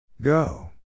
Go